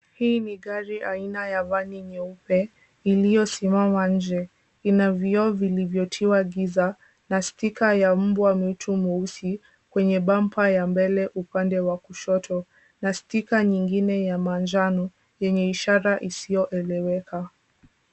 Hii ni gari aina ya vani nyeupe iliyosimama nje, ina vioo vilivyotiwa giza na sticker ya mbwa mwitu mweusi kwenye bumper ya mbele upande wa kushoto na sticker nyingine ya manjano yenye ishara isiyoeleweka.